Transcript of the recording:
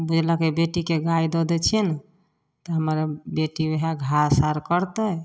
बुझलकै बेटीके गाय दऽ दै छियै ने तऽ हमर बेटी वएह घास आर करतै